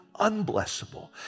unblessable